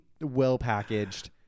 well-packaged